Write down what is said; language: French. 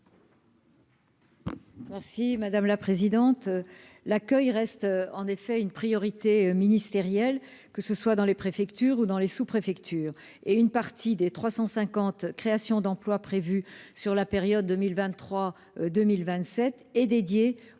Merci madame la présidente, l'accueil reste en effet une priorité ministérielle, que ce soit dans les préfectures ou dans les sous-préfectures et une partie des 350 créations d'emplois prévues sur la période 2023 2027 et dédiée au renforcement